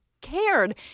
Cared